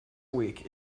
week